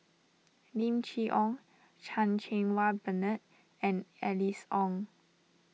Lim Chee Onn Chan Cheng Wah Bernard and Alice Ong